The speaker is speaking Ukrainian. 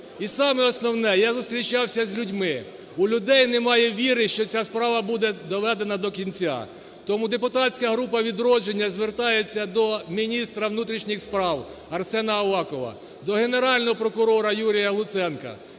І саме основне, я зустрічався з людьми, у людей немає віри, що ця справа буде доведена до кінця. Тому депутатська група "Відродження" звертається до міністра внутрішніх справ Арсена Авакова, до Генерального прокурора Юрія Луценка.